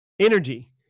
energy